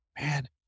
man